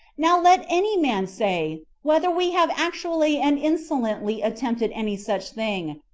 now let any man say, whether we have actually and insolently attempted any such thing,